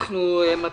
על סדר-היום: